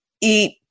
eat